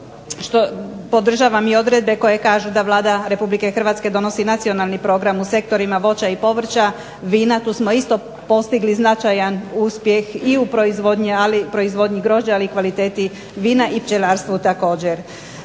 što podržavam i odredbe koje kažu da Vlada Republike Hrvatske donosi Nacionalni program u sektorima voća i povrća, vina, tu smo isto postigli značajan uspjeh i u proizvodnji grožđa, ali i kvaliteti vina i pčelarstvu također.